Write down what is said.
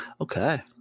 Okay